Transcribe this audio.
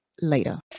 later